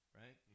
right